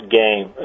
game